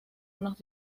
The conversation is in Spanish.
unos